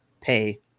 pay